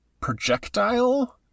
projectile